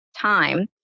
time